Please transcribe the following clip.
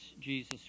Jesus